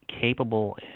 capable